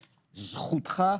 זכותך,